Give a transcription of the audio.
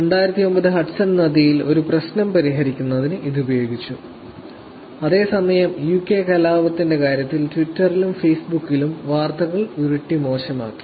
2009 Hudson നദിയിൽ ഒരു പ്രശ്നം പരിഹരിക്കുന്നതിന് ഇത് ഉപയോഗിച്ചു അതേസമയം യുകെ കലാപത്തിന്റെ കാര്യത്തിൽ ട്വിറ്ററിലും ഫേസ്ബുക്കിലും വന്ന വാർത്തകൾ കാര്യങ്ങൾ മോശമാക്കി